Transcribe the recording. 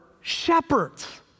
shepherds